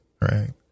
right